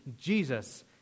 Jesus